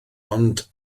ond